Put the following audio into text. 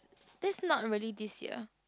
this not a really this year